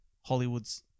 Hollywood's